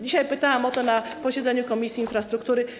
Dzisiaj pytałam o to na posiedzeniu Komisji Infrastruktury.